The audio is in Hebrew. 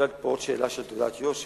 נשאלת פה גם שאלה על תעודת יושר.